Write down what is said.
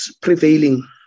prevailing